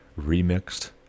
remixed